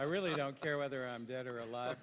i really don't care whether i'm dead or alive